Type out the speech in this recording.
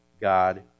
God